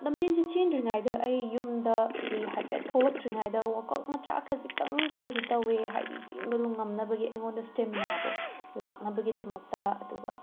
ꯂꯝꯖꯦꯟꯁꯦ ꯆꯦꯟꯗ꯭ꯔꯤꯉꯩꯗ ꯑꯩ ꯌꯨꯝꯗꯒꯤ ꯍꯥꯏꯐꯦꯠ ꯊꯣꯛꯂꯛꯇ꯭ꯔꯤꯉꯩꯗ ꯋꯀꯥꯎꯠ ꯃꯆꯥ ꯈꯖꯤꯛꯇꯪ ꯈꯔꯁꯨ ꯇꯧꯋꯦ ꯍꯥꯏꯗꯤ ꯆꯦꯟꯕꯗꯣ ꯉꯝꯅꯕꯒꯤ ꯑꯩꯉꯣꯟꯗ ꯁ꯭ꯇꯦꯃꯤꯅꯥꯗꯣ ꯂꯥꯛꯅꯕꯒꯤꯗꯃꯛꯇ ꯑꯗꯨꯒ